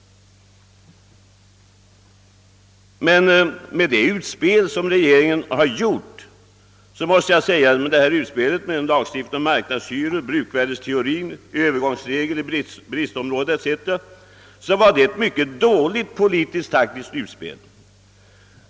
Under sådana förhållanden var utspelet från regeringens sida med denna lagstiftning om marknadshyror, lanserandet av bruksvärdeteorin, förslaget om övergångsregler i bristområdena etc. ett mycket dåligt politiskt-taktiskt utspel.